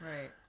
Right